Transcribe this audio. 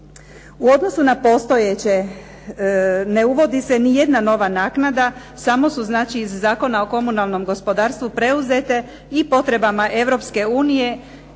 U odnosu na postojeće ne uvodi se ni jedna nova naknada. Samo su znači iz Zakona o komunalnom gospodarstvu preuzete i potrebama Europske unije,